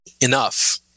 enough